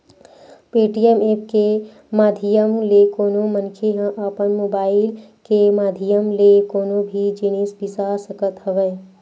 Paytm app के माधियम ले कोनो मनखे ह अपन मुबाइल के माधियम ले कोनो भी जिनिस बिसा सकत हवय